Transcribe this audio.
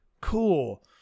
cool